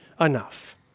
enough